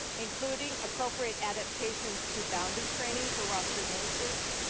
including appropriate adaptations to boundary training for rostered ministers,